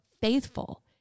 faithful